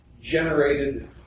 generated